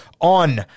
On